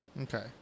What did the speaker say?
Okay